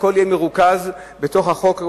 שהכול יהיה מרוכז בתוך החוק,